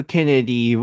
Kennedy